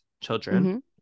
children